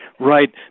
Right